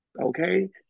Okay